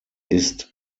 ist